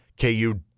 KU